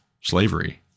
slavery